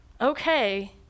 okay